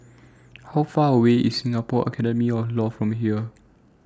How Far away IS Singapore Academy of law from here